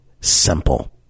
simple